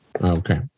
Okay